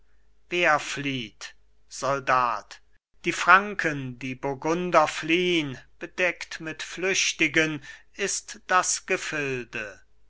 wer flieht soldat die franken die burgunder fliehn bedeckt mit flüchtigen ist das gefilde